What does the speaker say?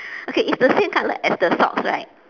okay it's the same color as the socks right